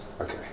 Okay